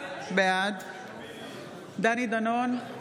בעד דני דנון,